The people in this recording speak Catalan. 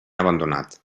abandonat